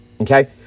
Okay